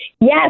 Yes